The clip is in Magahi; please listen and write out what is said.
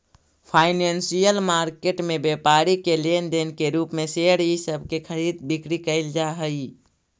फाइनेंशियल मार्केट में व्यापारी के लेन देन के रूप में शेयर इ सब के खरीद बिक्री कैइल जा हई